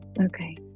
Okay